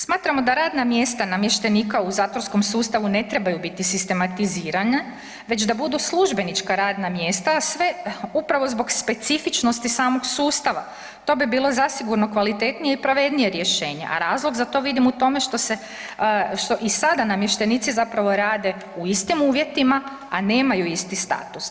Smatramo da radna mjesta namještenika u zatvorskom sustavu ne trebaju biti sistematizirana već da budu službenička radna mjesta, a sve upravo zbog specifičnosti samog sustava, to bi bilo zasigurno kvalitetnije i pravednije rješenje, a razlog za to vidim u tome što se, što i sada namještenici zapravo rade u istim uvjetima, a nemaju isti status.